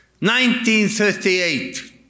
1938